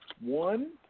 one